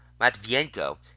Matvienko